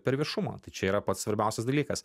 per viešumą tai čia yra pats svarbiausias dalykas